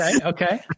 okay